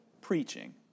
preaching